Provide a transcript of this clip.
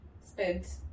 spent